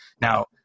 Now